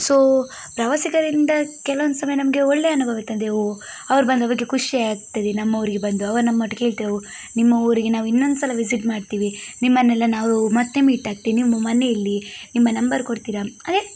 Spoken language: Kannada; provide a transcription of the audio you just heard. ಸೊ ಪ್ರವಾಸಿಗರಿಂದ ಕೆಲವೊಂದು ಸಲ ನಮಗೆ ಒಳ್ಳೆಯ ಅನುಭವ ಇರ್ತದೆ ಓ ಅವರು ಬಂದವಾಗ ಖುಷಿಯಾಗ್ತದೆ ನಮ್ಮ ಊರಿಗೆ ಬಂದು ಅವರು ನಮ್ಮ ಒಟ್ಟಿಗೆ ಕೇಳ್ತಾರೆ ಓ ನಿಮ್ಮ ಊರಿಗೆ ನಾವು ಇನ್ನೊಂದು ಸಲ ವಿಸಿಟ್ ಮಾಡ್ತೀವಿ ನಿಮ್ಮನ್ನೆಲ್ಲ ನಾವು ಮತ್ತೆ ಮೀಟಾಗ್ತೆ ನಿಮ್ಮ ಮನೆ ಎಲ್ಲಿ ನಿಮ್ಮ ನಂಬರ್ ಕೊಡ್ತೀರಾ ಅಂದರೆ